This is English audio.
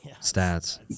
stats